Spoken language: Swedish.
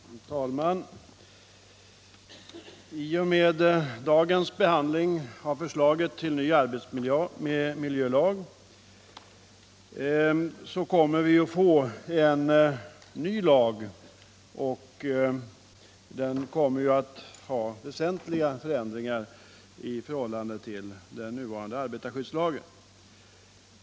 Herr talman! I och med dagens behandling av förslaget till ny arbetsmiljölag kommer vi att få en ny lag som innebär väsentliga förändringar i förhållande till den nuvarande arbetarskyddslagen.